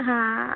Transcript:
হ্যাঁ